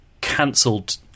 cancelled